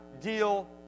deal